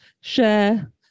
share